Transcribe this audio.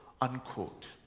unquote